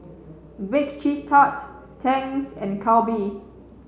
Bake Cheese Tart Tangs and Calbee